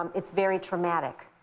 um it's very traumatic.